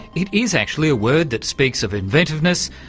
it is actually a word that speaks of inventiveness,